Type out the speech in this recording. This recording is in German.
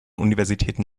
universitäten